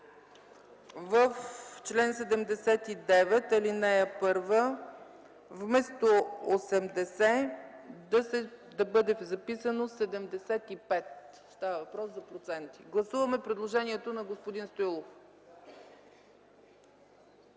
в чл. 79, ал. 1 вместо „80” да бъде записано „75”. Става въпрос за проценти. Гласуваме предложението на господин Стоилов.